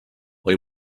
või